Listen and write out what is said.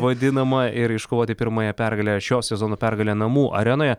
vadinama ir iškovoti pirmąją pergalę šio sezono pergalę namų arenoje